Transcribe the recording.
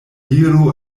diru